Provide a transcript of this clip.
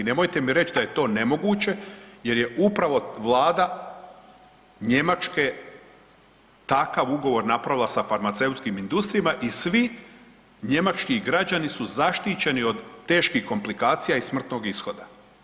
Nemojte mi reći da je to nemoguće, jer je upravo Vlada Njemačke takav ugovor napravila sa farmaceutskim industrijama i svi njemački građani su zaštićeni od teških komplikacija i smrtnog ishoda.